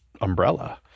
umbrella